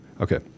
Okay